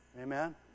Amen